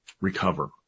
recover